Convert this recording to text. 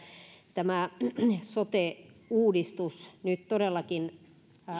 sote uudistus nyt todellakin